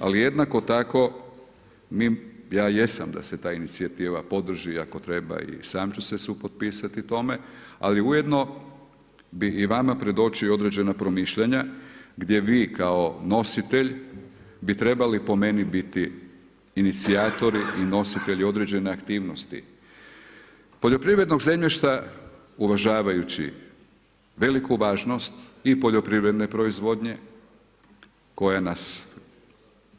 Ali jednako tako ja jesam da se ta inicijativa podrži i ako treba sam ću se supotpisati tome, ali ujedno bi i vama predočio određena promišljanja gdje vi kao nositelj bi trebali po meni biti inicijatori i nositelji određene aktivnosti poljoprivrednog zemljišta, uvažavajući veliku važnost i poljoprivredne proizvodnje koja nas,